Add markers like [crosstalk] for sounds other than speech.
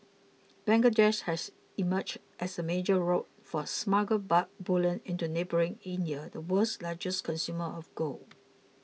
Bangladesh has emerged as a major route for smuggled [unintelligible] bullion into neighbouring India the world's largest consumer of gold